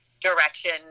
direction